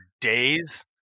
days